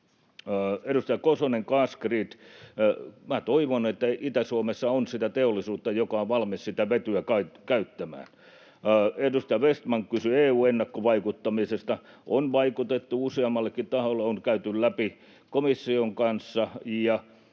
Edustaja Kosonen, Gasgrid: minä toivon, että Itä-Suomessa on sitä teollisuutta, joka on valmis sitä vetyä käyttämään. Edustaja Vestman kysyi EU-ennakkovaikuttamisesta. On vaikutettu useammallakin taholla, on käyty läpi komission kanssa,